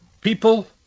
People